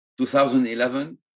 2011